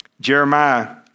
Jeremiah